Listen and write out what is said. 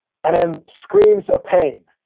and then screams of pain.